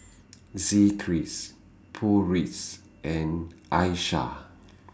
Zikri's Putri's and Aishah